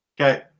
Okay